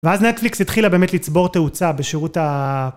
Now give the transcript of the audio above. ואז נטפליקס התחילה באמת לצבור תאוצה בשירות ה...